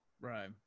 Right